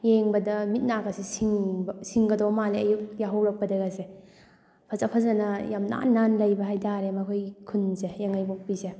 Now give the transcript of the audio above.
ꯌꯦꯡꯕꯗ ꯃꯤꯠ ꯅꯥ ꯀꯥꯁꯦ ꯁꯤꯡꯕ ꯁꯤꯡꯒꯗꯕ ꯃꯥꯜꯂꯦ ꯑꯌꯨꯛ ꯌꯥꯍꯧꯔꯛꯄꯗꯀꯥꯁꯦ ꯐꯖ ꯐꯖꯅ ꯌꯥꯝ ꯅꯥꯟꯅ ꯂꯩꯕ ꯍꯥꯏꯇꯥꯔꯦ ꯃꯈꯣꯏꯒꯤ ꯈꯨꯜꯁꯦ ꯌꯥꯏꯉꯪꯄꯣꯛꯄꯤꯁꯦ